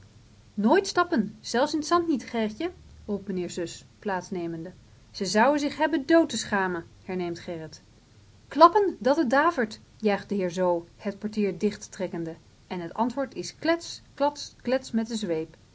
nooit stappen zelfs in t zand niet gerritje roept mijnheer zus plaats nemende ze zouen zich hebben dood te schamen herneemt gerrit klappen dat het davert juicht de heer zoo het portier dicht trekkende en het antwoord is klets klats klets met de zweep